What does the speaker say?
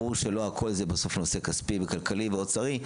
ברור שלא הכל זה בסוף נושא כספי וכלכלי ואוצרי,